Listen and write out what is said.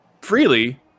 Freely